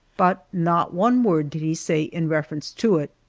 but not one word did he say in reference to it.